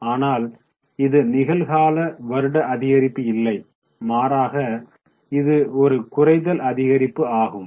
ஆனால் இது நிகழ் கால வருட அதிகரிப்பு இல்லை மாறாக இது ஒரு குறைதல் அதிகரிப்பு ஆகும்